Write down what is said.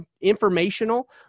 informational